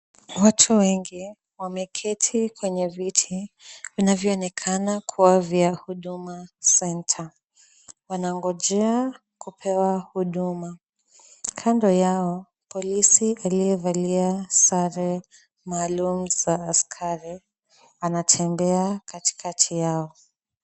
Watu wengi wameketi kwenye viti vinavyoonekana kuwa vya huduma centre. Wanangojea kupewa huduma. Kando yao polisi aliyevalia sare maalum za askari anatembea katikati yao.